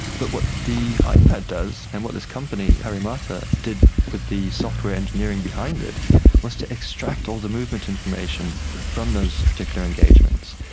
but what the ah ipad does and what this company harimata did with the software engineering behind it was to extract all the movement information from those particular engagements.